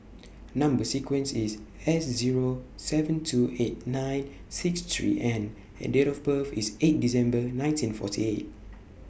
Number sequence IS S Zero seven two eight nine six three N and Date of birth IS eight December nineteen forty eight